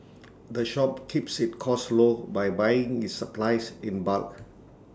the shop keeps its costs low by buying its supplies in bulk